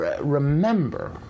Remember